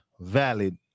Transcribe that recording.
Valid